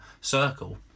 circle